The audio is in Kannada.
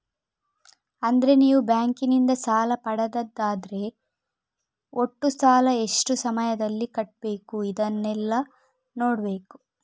ಅಂದ್ರೆ ನೀವು ಬ್ಯಾಂಕಿನಿಂದ ಸಾಲ ಪಡೆದದ್ದಾದ್ರೆ ಒಟ್ಟು ಸಾಲ, ಎಷ್ಟು ಸಮಯದಲ್ಲಿ ಕಟ್ಬೇಕು ಇದನ್ನೆಲ್ಲಾ ನೋಡ್ಬೇಕು